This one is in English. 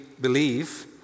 Believe